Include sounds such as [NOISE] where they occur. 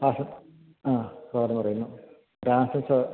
ആ സാർ ആ സാറ് പറയുന്നു [UNINTELLIGIBLE]